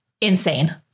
Insane